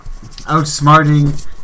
Outsmarting